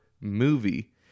movie